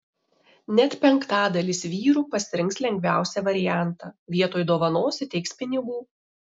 net penktadalis vyrų pasirinks lengviausią variantą vietoj dovanos įteiks pinigų